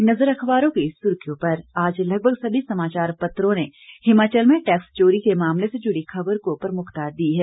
एक नज़र अखबारों की सुर्खियों पर आज लगभग सभी समाचार पत्रों ने हिमाचल में टैक्स चोरी के मामले से जुड़ी खबर को प्रमुखता दी है